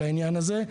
השעה 10:15